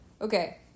Okay